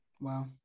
wow